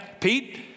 Pete—